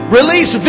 Release